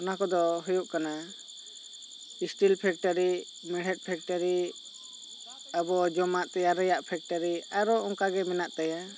ᱚᱱᱟ ᱠᱚᱫᱚ ᱦᱩᱭᱩᱜ ᱠᱟᱱᱟ ᱤᱥᱴᱤᱞ ᱯᱷᱮᱠᱴᱨᱤ ᱢᱮᱬᱦᱮᱫ ᱯᱷᱮᱠᱴᱨᱤ ᱟᱵᱚ ᱡᱚᱢᱟᱜ ᱛᱮᱭᱟᱨ ᱯᱷᱮᱠᱴᱨᱤ ᱟᱨᱚ ᱚᱱᱠᱟ ᱜᱮ ᱢᱮᱱᱟᱜ ᱛᱟᱭᱟ